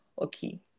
okay